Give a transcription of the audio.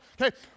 Okay